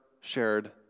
shared